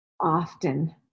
often